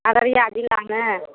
अररिया जिलामे